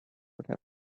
would